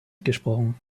gesprochen